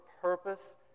purpose